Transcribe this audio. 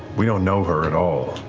we don't know her at all.